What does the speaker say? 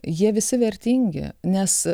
jie visi vertingi nes